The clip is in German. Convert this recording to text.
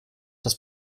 das